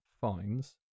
fines